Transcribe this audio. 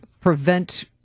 prevent